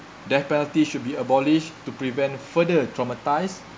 death penalty should be abolished to prevent further traumatise